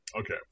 Okay